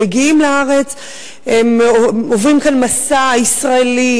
הם מגיעים לארץ והם עוברים כאן מסע ישראלי,